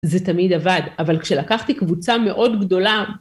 זה תמיד עבד, אבל כשלקחתי קבוצה מאוד גדולה.